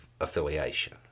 affiliation